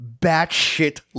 batshit